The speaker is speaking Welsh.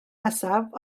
nesaf